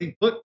Put